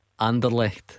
Anderlecht